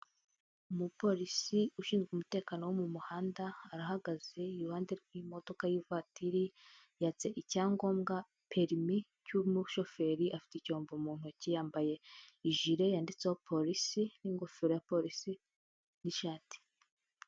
Umupolisi ushinzwe umutekano wo mu muhanda arahagaze iruhande rw'imodoka y'ivatiri, yatse icyangombwa perimi cy'umushoferi. Afite icyombo mu ntoki, yambaye ijire yanditseho polisi n'ingofero ya polisi n'ishati.